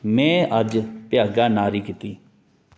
में अज्ज भ्यागा न्हारी कीती